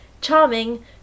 charming